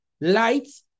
lights